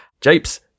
Japes